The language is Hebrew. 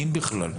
אם בכלל,